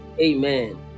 amen